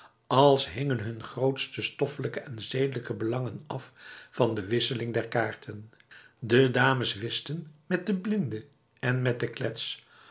als hingen hun grootste stoffelijke en zedelijke belangen af van de wisseling der kaarten de dames whistten met de blinde en met